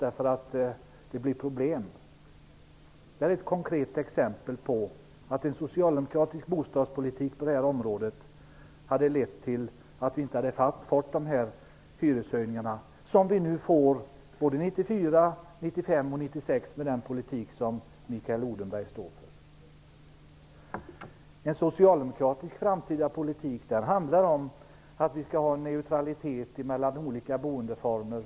Det är ett konkret exempel på att en socialdemokratisk bostadspolitik hade lett till att vi inte hade fått de hyreshöjningar som vi får både 1994, 1995 och 1996. En socialdemokratisk framtida politik handlar om att vi skall ha möjlighet till olika boendeformer.